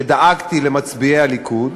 שדאגתי למצביעי הליכוד.